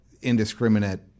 indiscriminate